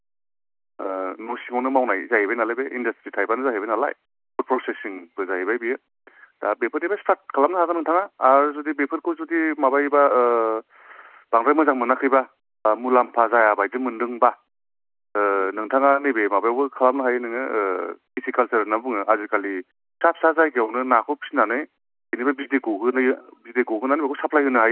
ओ न' सिंआवनो मावनाय जाहैबाय नालाय बे इन्डास्ट्रि टाइपानो जाहैबायनालाय फुद प्रसेसिंबो जाहैबाय बेयो दा बेफोरनिफ्राय स्टार्ट खालामनो हागोन नोंथाङा आरो जुदि बेफोरखौ जुदि माबायोबा ओ बांद्राय मोजां मोनाखैबा मुलाम्फा जायाबादि मोनदोंबा ओ नोंथाङा नैबे माबायावबो खालामनो हायो नोङो ओ पिसिकालसार होनना बुङो आजिखालि फिसा फिसा जायगायावनो नाखौ फिसिनानै बिनिफ्राय बिदै गहोयो बिदै गहोनानै बेखौ साप्लाइ होनो हायो आरो